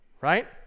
right